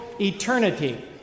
eternity